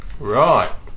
Right